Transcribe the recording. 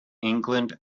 england